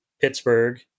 Pittsburgh